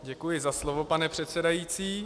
Děkuji za slovo, pane předsedající.